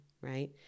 Right